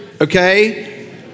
Okay